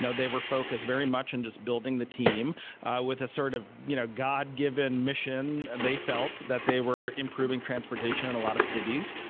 they were focused very much in just building the team with a sort of you know god-given mission. they felt that they were improving transportation in a lot of cities.